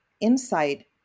insight